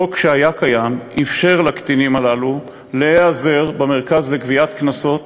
חוק שהיה קיים אפשר לקטינים הללו להיעזר במרכז לגביית קנסות